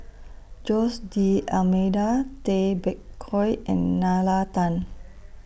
Jose D'almeida Tay Bak Koi and Nalla Tan